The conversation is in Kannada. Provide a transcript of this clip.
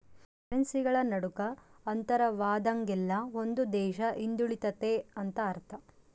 ಕರೆನ್ಸಿಗಳ ನಡುಕ ಅಂತರವಾದಂಗೆಲ್ಲ ಒಂದು ದೇಶ ಹಿಂದುಳಿತೆತೆ ಅಂತ ಅರ್ಥ